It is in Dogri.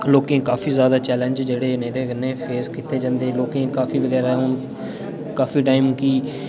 ते लोकें दी काफी जादा चैलेंज्स जेह्ड़े न एह्दे कन्नै फेस कीते जन्दे लोकें ई काफी टाइम गी